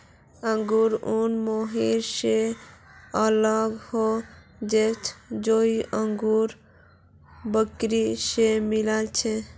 angora ऊन mohair स अलग ह छेक जेको अंगोरा बकरी स मिल छेक